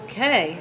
Okay